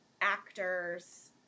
actors